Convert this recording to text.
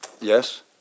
Yes